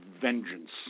vengeance